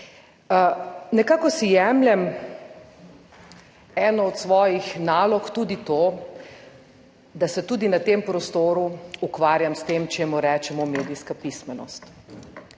Nekako si jemljem eno od svojih nalog tudi to, da se tudi na tem prostoru ukvarjam s tem, čemur rečemo medijska pismenost.